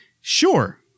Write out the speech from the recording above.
sure